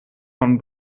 von